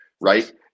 right